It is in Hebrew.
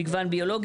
מגוון ביולוגי,